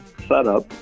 setup